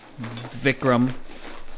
Vikram